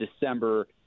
December